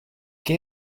què